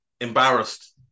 embarrassed